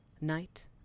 night